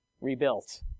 rebuilt